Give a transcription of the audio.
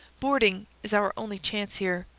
boarding is our only chance here.